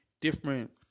different